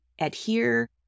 adhere